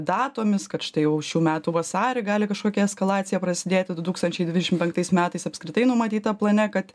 datomis kad štai jau šių metų vasarį gali kažkokia eskalacija prasidėti du tūkstančiai dvidešimt penktais metais apskritai numatyta plane kad